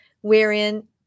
wherein